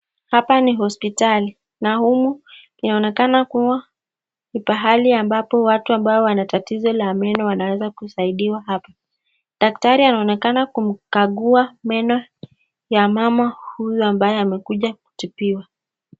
Hapa ni hospitali. Na humu inaonekana kuwa ni pahali ambapo watu ambao wana tatizo la meno wanaweza kusaidiwa hapa. Daktari anaonekana kukagua meno ya mama huyu amekuja kutibiwa.